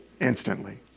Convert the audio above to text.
instantly